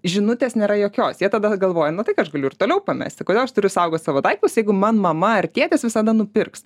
žinutės nėra jokios jie tada galvoja nu tai aš galiu ir toliau pamesti kodėl aš turiu saugot savo daiktus jeigu man mama ar tėtis visada nupirks